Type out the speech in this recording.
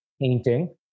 painting